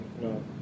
no